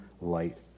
light